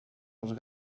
els